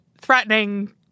threatening